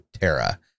Terra